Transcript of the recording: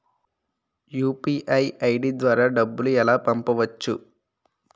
UPI ID ద్వారా డబ్బులు ఎలా పంపవచ్చు?